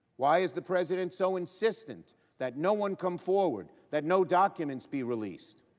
why is the president so insistent that no one come forward? that no documents be released?